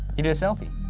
he did a selfie.